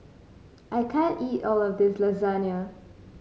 I can't eat all of this Lasagne